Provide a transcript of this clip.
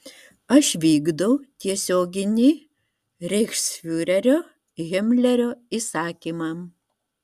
aš vykdau tiesioginį reichsfiurerio himlerio įsakymą